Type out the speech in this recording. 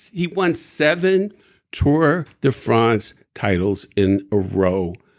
he won seven tour de france titles in a row,